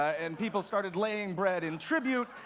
and people started laying bread in tribute,